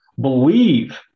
believe